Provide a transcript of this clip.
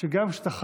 שגם כשאתה חלוק,